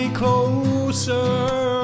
closer